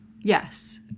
yes